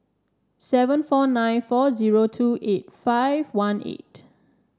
seven four nine four zero two eight five one eight